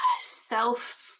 self